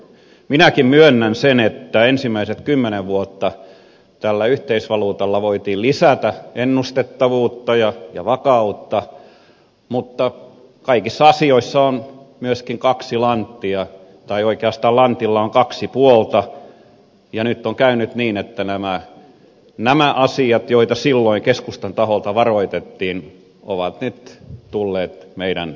minäkin myönnän sen että ensimmäiset kymmenen vuotta tällä yhteisvaluutalla voitiin lisätä ennustettavuutta ja vakautta mutta kaikissa asioissa lantilla on kaksi lanttia tai oikeastaan lantilla on puolta ja nyt on käynyt niin että nämä asiat joista silloin keskustan taholta varoitettiin ovat nyt tulleet meidän eteemme